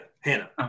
Hannah